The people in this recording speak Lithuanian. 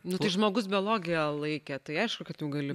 nu tai žmogus biologiją laikė tai aišku kad jau gali